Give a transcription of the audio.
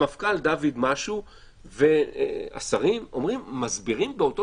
המפכ"ל דוד משהו והשרים מסבירים באותו